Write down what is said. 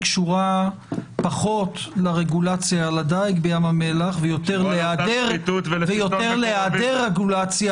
קשורה פחות לרגולציה על הדיג בים המלח ויותר להיעדר רגולציה